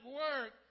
work